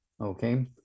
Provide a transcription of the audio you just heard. Okay